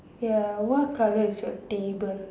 ya what colour is your table